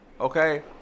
okay